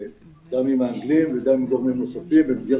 כמובן בקשר עם האנגלים ועם גורמים נוספים במסגרת